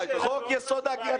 חוק יסוד: ההגירה.